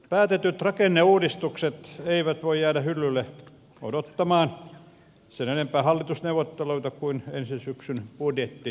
päätetyt rakenneuudistukset eivät voi jäädä hyllylle odottamaan sen enempää hallitusneuvotteluita kuin ensi syksyn budjettiriihtäkään